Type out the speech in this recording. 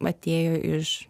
atėjo iš